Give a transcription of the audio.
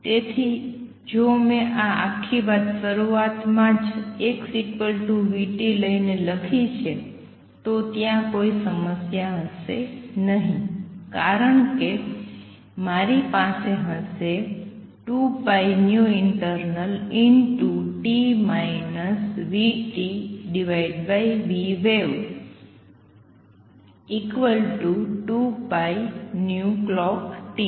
તેથી જો મેં આ આખી વાત શરૂઆતમાં જ x vt લઈને લખી છે તો ત્યાં કોઈ સમસ્યા હશે નહીં કારણ કે મારી પાસે હશે 2πinternalt vtvwave2πclockt